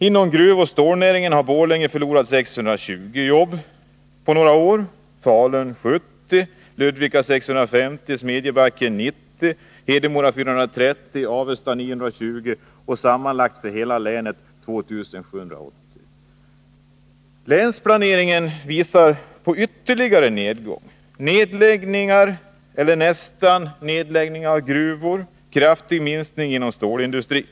Inom gruvoch stålnäringen har Borlänge på några år förlorat 620 arbeten, Falun 70, Ludvika 650, Smedjebacken 90, Hedemora 430 och Avesta 920, sammanlagt för hela länet 2 780. Länsplaneringen pekar på en ytterligare nedgång, nedläggning eller nästan nedläggning av gruvor och en kraftig minskning inom stålindustrin.